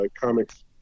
comics